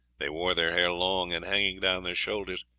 they wore their hair long and hanging down their shoulders,